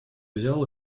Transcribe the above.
взял